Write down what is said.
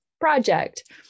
project